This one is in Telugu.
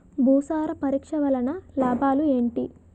భూసార పరీక్ష వలన లాభాలు ఏంటి?